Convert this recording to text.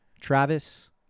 Travis